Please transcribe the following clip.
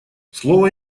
слово